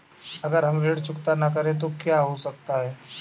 अगर हम ऋण चुकता न करें तो क्या हो सकता है?